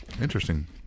interesting